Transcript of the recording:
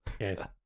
yes